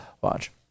Watch